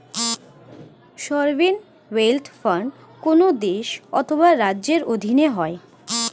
sovereign wealth fund কোন দেশ অথবা রাজ্যের অধীনে হয়